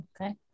Okay